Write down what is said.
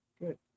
good